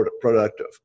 productive